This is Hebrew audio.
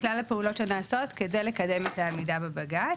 כלל הפעולות שנעשות כדי לקדם את העמידה בבג"ץ.